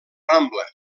rambla